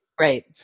Right